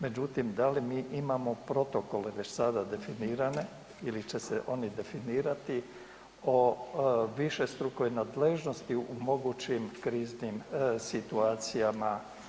Međutim, da li mi imamo protokole već sada definirane ili će se oni definirati o višestrukoj nadležnosti u mogućim kriznim situacijama?